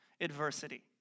adversity